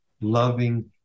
loving